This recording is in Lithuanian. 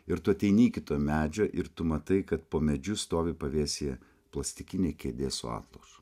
ir tu ateini į kito medžio ir tu matai kad po medžiu stovi pavėsyje plastikinė kėdė su atlošu